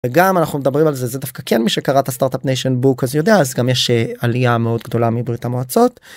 וגם אנחנו מדברים על זה, זה דווקא כן מי שקרא את הסטארט-אפ ניישן Book אז יודע אז גם יש עלייה מאוד גדולה מברית המועצות.